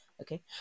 okay